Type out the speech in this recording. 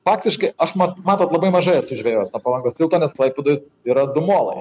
faktiškai aš mat matot labai mažai esu žvejojęs nuo palangos tilto nes klaipėdoj yra du molai